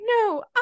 No